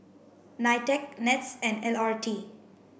NITEC NETS and L R T